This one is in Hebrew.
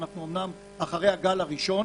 שאנחנו אומנם אחרי הגל הראשון,